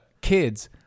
kids